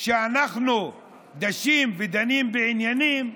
שאנחנו דשים ודנים בעניינים,